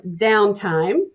downtime